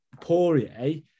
Poirier